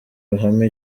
ruhame